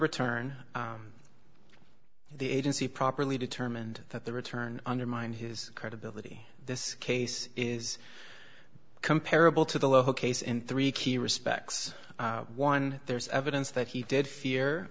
return the agency properly determined that the return undermine his credibility this case is comparable to the local case in three key respects one there's evidence that he did fear